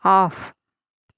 off